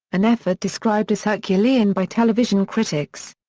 an effort described as herculean by television critics.